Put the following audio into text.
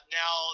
now